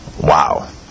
Wow